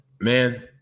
man